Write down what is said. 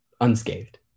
unscathed